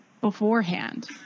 beforehand